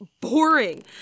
boring